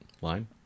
Line